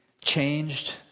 changed